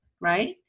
right